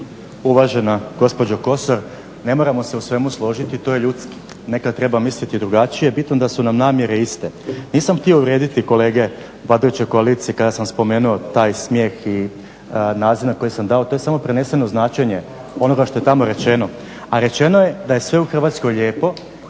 Uvažena gospođo Kosor, ne moramo se u svemu složiti, to je ljudski, nekad treba misliti drugačije, bitno da su nam namjere iste. Nisam htio uvrijediti kolege vladajuće koalicije kada sam spomenuo taj smijeh i naziv koji sam dao, to je samo preneseno značenje onoga što je tamo rečeno, a rečeno je da je sve u Hrvatskoj lijepo